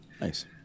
Nice